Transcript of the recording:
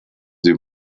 sie